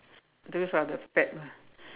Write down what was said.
those are the fad lah